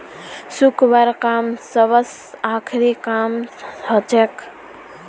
सुखव्वार काम सबस आखरी काम हछेक